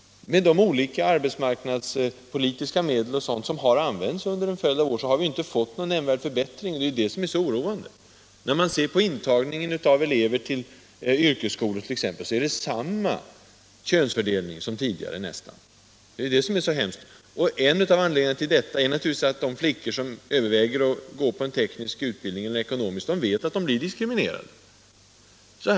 Med de olika arbetsmarknadspolitiska medel, och annat som har använts under en följd av år, har vi inte fått någon nämnvärd förbättring, och det är ju det som är så oroande. När man t.ex. ser på intagningen av elever till yrkesskolor, finner man att det är nästan samma könsfördelning som tidigare. Det är ju det som är så hemskt. Och en av anledningarna till detta är naturligtvis att de flickor som överväger att gå på en teknisk eller ekonomisk utbildningslinje vet att de riskerar att bli diskriminerade i arbetslivet.